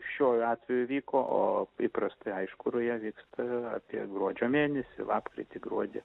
šiuo atveju vyko o įprastai aišku ruja vyksta apie gruodžio mėnesį lapkritį gruodį